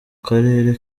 karere